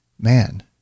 man